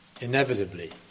inevitably